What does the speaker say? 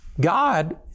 God